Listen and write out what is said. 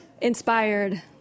inspired